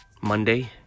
Monday